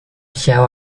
shall